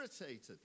irritated